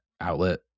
outlet